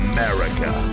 America